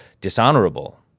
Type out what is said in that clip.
dishonorable